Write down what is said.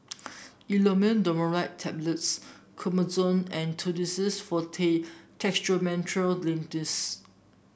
Imodium Loperamide Tablets Omeprazole and Tussidex Forte Dextromethorphan Linctus